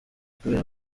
kubera